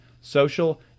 social